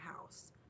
house